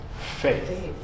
Faith